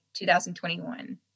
2021